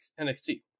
NXT